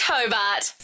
Hobart